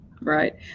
right